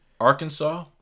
Arkansas